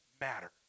matter